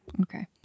Okay